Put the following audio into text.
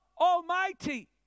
Almighty